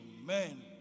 Amen